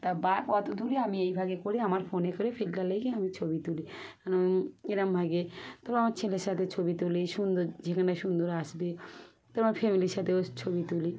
তা বা অত দূরে আমি এইভাবে করি আমার ফোনে করে ফিল্টার লাগিয়ে আমি ছবি তুলি কিরমভাবে তো আমার ছেলের সাথে ছবি তুলি সুন্দর যেখানে সুন্দর আসবে তো আমার ফ্যামিলির সাথেও ছবি তুলি